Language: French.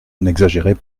n’exagérez